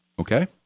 Okay